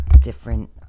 different